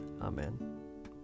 Amen